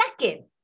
second